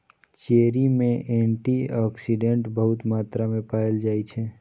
cherry मे antioxidant बहुत मात्रा मे पाएल जाइ छै